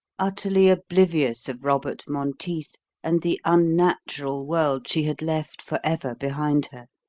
utterly oblivious of robert monteith and the unnatural world she had left for ever behind her.